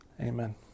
Amen